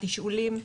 תשאולים,